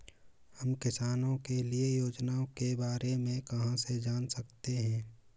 हम किसानों के लिए योजनाओं के बारे में कहाँ से जान सकते हैं?